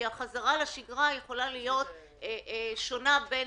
כי החזרה לשגרה יכולה להיות שונה בין